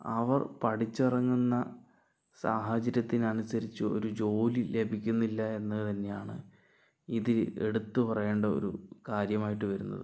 അവർ പഠിച്ചിറങ്ങുന്ന സാഹചര്യത്തിന് അനുസരിച്ച് ഒരു ജോലി ലഭിക്കുന്നില്ല എന്ന് തന്നെയാണ് ഇതിൽ എടുത്ത് പറയേണ്ട ഒരു കാര്യമായിട്ട് വരുന്നത്